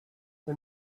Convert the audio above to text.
the